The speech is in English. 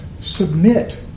submit